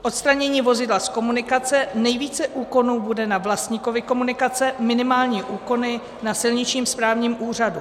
Odstranění vozidla z komunikace, nejvíce úkonů bude na vlastníkovi komunikace, minimální úkony na silničním správním úřadu.